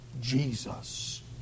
Jesus